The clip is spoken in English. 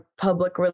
public